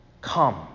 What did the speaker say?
Come